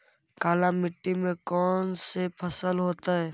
काला मिट्टी में कौन से फसल होतै?